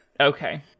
Okay